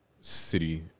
city